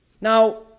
Now